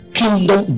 kingdom